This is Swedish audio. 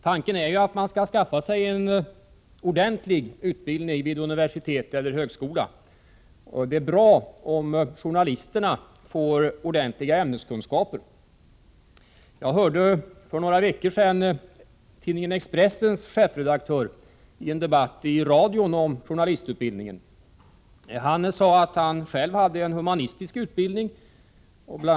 Tanken är ju att man skall skaffa sig en ordentlig utbildning vid universitet eller högskola; det är bra om journalisterna får ordentliga ämneskunskaper. Jag hörde för några veckor sedan tidningen Expressens chefredaktör tala i en debatt i radio om journalistutbildningen. Han sade att han själv hade en humanistisk utbildning. Bl.